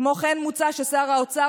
כמו כן מוצע ששר האוצר,